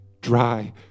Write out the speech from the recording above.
dry